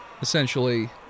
essentially